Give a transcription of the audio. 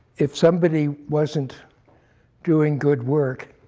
if somebody wasn't doing good work,